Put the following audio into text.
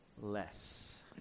less